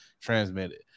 transmitted